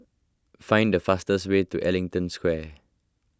find the fastest way to Ellington Square